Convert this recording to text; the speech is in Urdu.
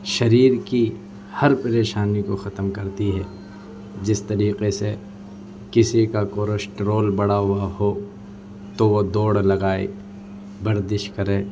شریر کی ہر پریشانی کو ختم کرتی ہے جس طریقے سے کسی کا کورشٹرول بڑھا ہوا ہو تو وہ دوڑ لگائے ورزش کرے